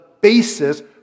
basis